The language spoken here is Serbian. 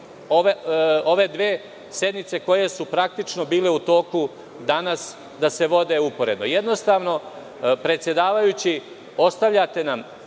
ove dve sednice koje su praktično bile danas u toku, da se vode uporedo? Jednostavno, predsedavajući, ostavljate nam